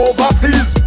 Overseas